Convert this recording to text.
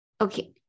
Okay